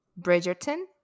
Bridgerton